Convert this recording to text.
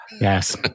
Yes